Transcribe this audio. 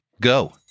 Go